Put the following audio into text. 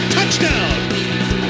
Touchdown